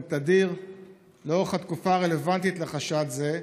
תדיר לאורך התקופה הרלוונטית לחשד זה,